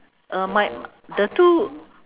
uh my the two